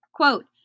Quote